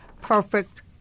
perfect